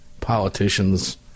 politicians